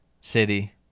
City